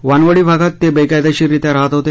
वानवडी भागात ते बेकायदेशीररित्या राहात होते